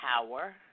power